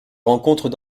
rencontrent